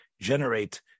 generate